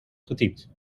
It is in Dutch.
getypt